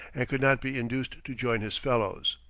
and could not be induced to join his fellows.